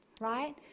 right